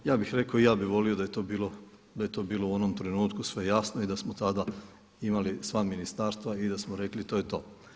Ja bih rekao i ja bih volio da je to bilo u onom trenutku sve jasno i da smo tada imali sva ministarstva i da smo rekli to je to.